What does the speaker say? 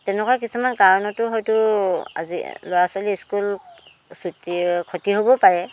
তেনেকুৱা কিছুমান কাৰণতো হয়তো আজি ল'ৰা ছোৱালী স্কুল ছুটি খতি হ'বও পাৰে